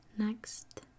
next